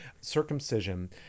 circumcision